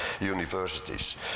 universities